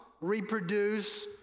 reproduce